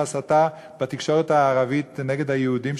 ההסתה בתקשורת הערבית נגד היהודים,